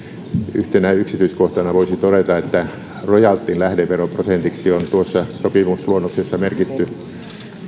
yhtenä yksityiskohtana voisi todeta että rojaltien lähdeveroprosentiksi on tuossa sopimusluonnoksessa merkitty